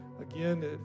again